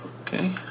okay